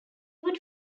would